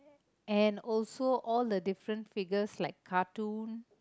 and also all the different figures like cartoon